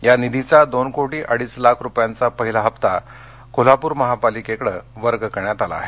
या निधीचा दोन कोटी अडीच लाख रुपयंचा पहिला हप्ता कोल्हापूर महापालिकेकडे वर्ग करण्यात आला आहे